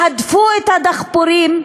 הדפו את הדחפורים.